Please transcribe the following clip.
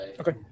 Okay